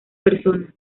persona